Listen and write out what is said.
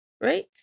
right